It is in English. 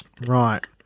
Right